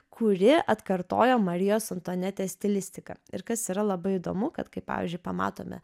kuri atkartojo marijos antuanetės stilistiką ir kas yra labai įdomu kad kaip pavyzdžiui pamatome